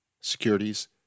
securities